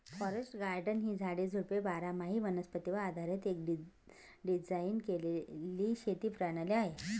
forest garden ही झाडे, झुडपे बारामाही वनस्पतीवर आधारीत एक डिझाइन केलेली शेती प्रणाली आहे